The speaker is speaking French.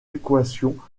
équations